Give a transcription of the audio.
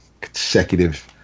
consecutive